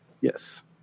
Yes